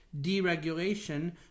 deregulation